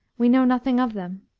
we know nothing of them